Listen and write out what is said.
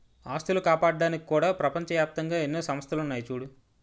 ఆస్తులు కాపాడ్డానికి కూడా ప్రపంచ ఏప్తంగా ఎన్నో సంస్థలున్నాయి చూడూ